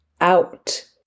out